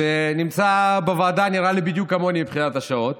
שנמצא בוועדה, נראה לי, בדיוק כמוני מבחינת השעות,